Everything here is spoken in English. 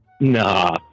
Nah